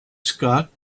scott